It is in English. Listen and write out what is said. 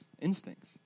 instincts